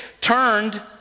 turned